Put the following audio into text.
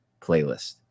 playlist